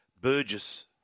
Burgess